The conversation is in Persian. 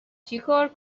چیکار